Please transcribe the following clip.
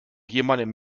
jemanden